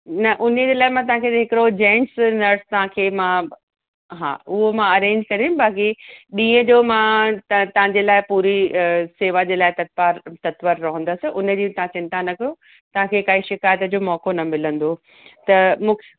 न उने जे लाइ मां तव्हांखे हिकिड़ो जेन्स नर्सु तव्हांखे मां हा उहो मां अरेंज करे बाक़ी ॾींहं जो मां त तव्हांजे लाइ पूरी शेवा जे लाइ तता तत्पर रहंदसि उनजी तव्हां चिंता न कयो तव्हांखे काई शिकाइत जो मौक़ो न मिलंदो त मु